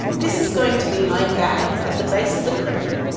this is going to be my bag at the base of the crinoline.